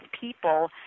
people